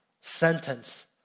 sentence